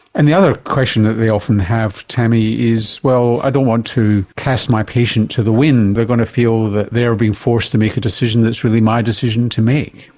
and the other that they often have, tammy, is, well, i don't want to cast my patient to the wind. they are going to feel that they are being forced to make a decision that is really my decision to make.